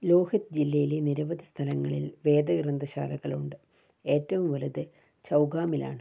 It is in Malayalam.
ലോഹിത് ജില്ലയിലെ നിരവധി സ്ഥലങ്ങളിൽ വേദഗ്രന്ഥശാലകളുണ്ട് ഏറ്റവും വലുത് ചൗഖാമിലാണ്